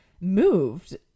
moved